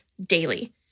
daily